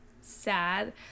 sad